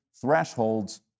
thresholds